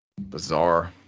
Bizarre